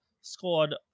scored